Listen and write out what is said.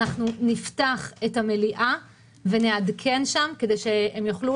נפתח את המליאה ונעדכן שם כדי שיוכלו